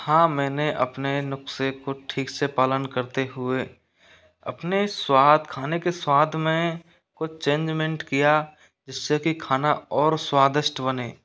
हाँ मैंने अपने नुस्खे को ठीक से पालन करते हुए अपने स्वाद खाने के स्वाद में कुछ चेंजमेंट किया जिससे कि खाना और स्वादिष्ट बने